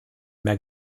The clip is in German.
mehr